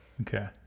Okay